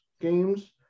games